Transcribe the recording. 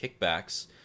kickbacks